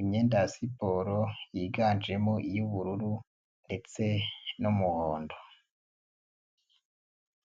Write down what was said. imyenda ya siporo yiganjemo iy'ubururu ndetse n'umuhondo.